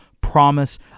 promise